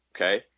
Okay